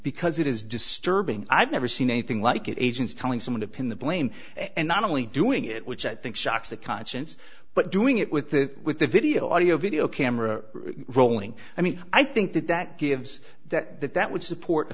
because it is disturbing i've never seen anything like it agents telling someone to pin the blame and i'm only doing it which i think shocks the conscience but doing it with the with the video audio video camera rolling i mean i think that that gives that that that would support